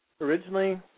originally